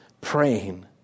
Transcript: praying